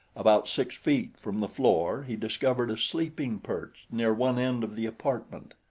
about six feet from the floor he discovered a sleeping-perch near one end of the apartment.